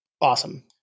awesome